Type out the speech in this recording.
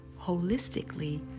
holistically